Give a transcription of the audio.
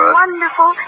wonderful